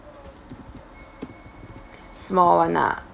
small [one] lah